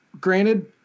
granted